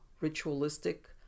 ritualistic